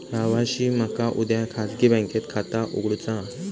भावाशी मका उद्या खाजगी बँकेत खाता उघडुचा हा